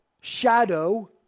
shadow